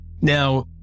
Now